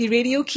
Radio